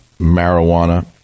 Marijuana